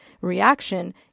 reaction